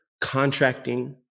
contracting